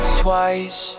Twice